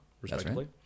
respectively